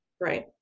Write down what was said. right